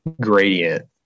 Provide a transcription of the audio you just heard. gradient